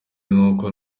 n’uko